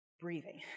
Breathing